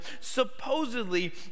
supposedly